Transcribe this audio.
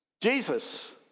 Jesus